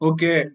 Okay